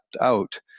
out